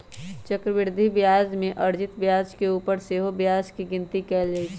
चक्रवृद्धि ब्याज में अर्जित ब्याज के ऊपर सेहो ब्याज के गिनति कएल जाइ छइ